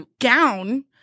gown